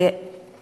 נא לסיים.